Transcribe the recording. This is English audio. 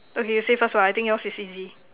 okay you say first !wah! I think yours is easy